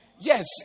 Yes